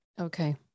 Okay